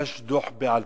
הוגש דוח בעל-פה,